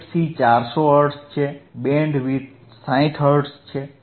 fC 400 hertz છે bandwidth 60 hertz છે